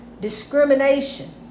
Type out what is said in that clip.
Discrimination